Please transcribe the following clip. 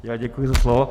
Já děkuji za slovo.